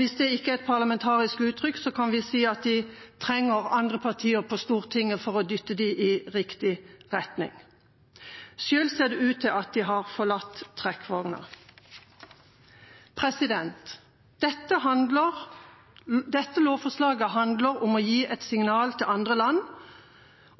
Hvis det ikke er et parlamentarisk uttrykk, kan vi si at de trenger andre partier på Stortinget som dytter dem i riktig retning. Det ser ut til at de selv har forlatt trekkvogna. Dette lovforslaget handler om å gi et signal til andre land